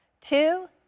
Two